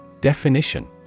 Definition